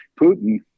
Putin